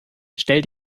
stell